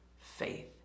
faith